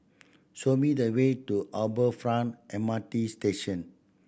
show me the way to Harbour Front M R T Station